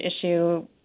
issue